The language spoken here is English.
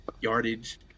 yardage